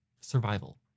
survival